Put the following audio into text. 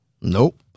Nope